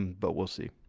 and but we'll see.